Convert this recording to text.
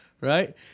right